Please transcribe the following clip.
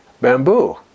bamboo